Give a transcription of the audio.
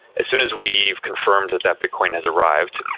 as soon as we've confirmed that that bitcoin has arrived,